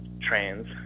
trains